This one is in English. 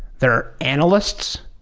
there are analysts,